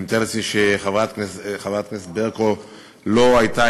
אני מתאר לעצמי שחברת הכנסת ברקו לא הייתה